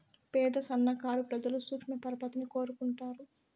పేద సన్నకారు ప్రజలు సూక్ష్మ పరపతిని కోరుకుంటారు